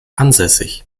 ansässig